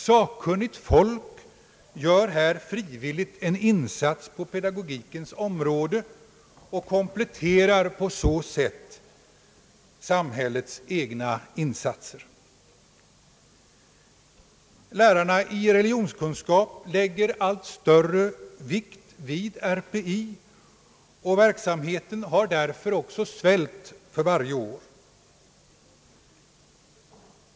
Sakkunnigt folk gör här frivilligt en insats på pedagogikens område och kompletterar på så sätt samhällets egna insatser. Lärarna i religionskunskap lägger allt större vikt vid Religionspedagogiska institutet, och verksamheten har därför svällt för varje år.